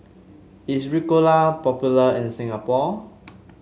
is Ricola popular in Singapore